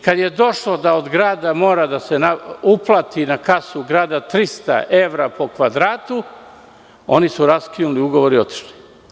Kada je došlo da mora da se uplati na kasu grada 300 evra po kvadratu, oni su raskinuli ugovor i otišli.